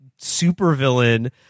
supervillain